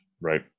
Right